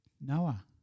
Noah